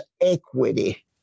equity